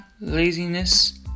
laziness